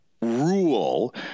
rule